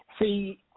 See